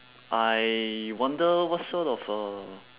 I wonder what sort of uh